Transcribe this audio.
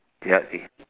ya it